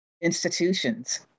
institutions